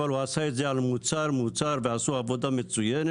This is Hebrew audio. אבל הוא עשה את זה על מוצר-מוצר ועשו עבודה מצוינת.